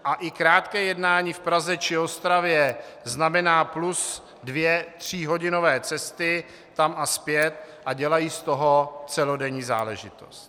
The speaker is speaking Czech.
A i krátké jednání v Praze či Ostravě znamená plus dvě tříhodinové cesty tam a zpět a dělají z toho celodenní záležitost.